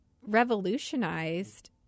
revolutionized